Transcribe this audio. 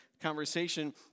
conversation